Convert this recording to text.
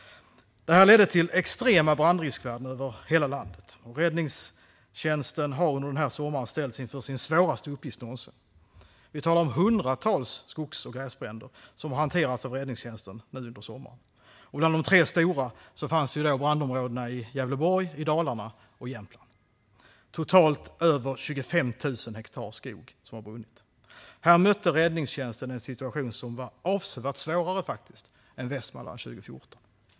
Det här ledde till extrema brandriskvärden över hela landet. Räddningstjänsten har under denna sommar ställts inför sin svåraste uppgift någonsin. Vi talar om hundratals skogs och gräsbränder som har hanterats av räddningstjänsten nu under sommaren. De tre största brandområdena fanns i Gävleborg, Dalarna och Jämtland. Totalt är det över 25 000 hektar skog som har brunnit. Här mötte räddningstjänsten en situation som faktiskt var avsevärt svårare än den i Västmanland 2014.